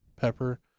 pepper